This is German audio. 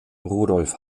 rudolf